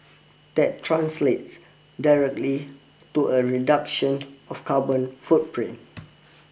that translates directly to a reduction of carbon footprint